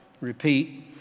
repeat